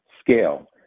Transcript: Scale